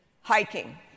hiking